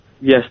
Yes